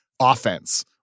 offense